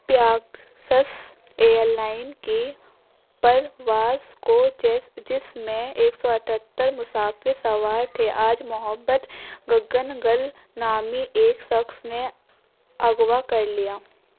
Pegasus airline کی پرواز کو جس میں ایک سو اٹھہتر مسافر سوار تھے آج محبت گگن گل نامی ایک شخص نے اغوا کر لیا